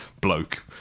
bloke